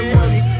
money